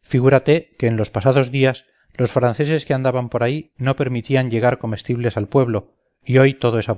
figúrate que en los pasados días los franceses que andaban por ahí no permitían llegar comestibles al pueblo y hoy todo es